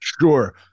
Sure